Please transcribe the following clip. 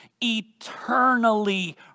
eternally